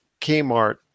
Kmart